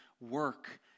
work